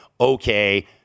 okay